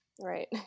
Right